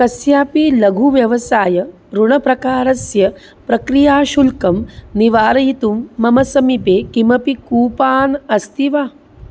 कस्यापि लघुव्यवसायऋणप्रकारस्य प्रक्रियाशुल्कं निवारयितुं मम समीपे किमपि कूपान् अस्ति वा